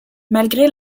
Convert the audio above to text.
malgré